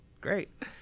Great